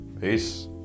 Peace